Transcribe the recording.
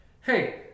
hey